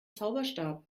zauberstab